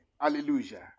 Hallelujah